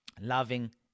loving